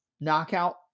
knockout